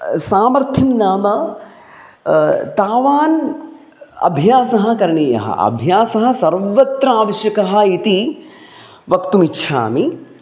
सामर्थ्यं नाम तावत् अभ्यासः करणीयः अभ्यासः सर्वत्र आवश्यकः इति वक्तुमिच्छामि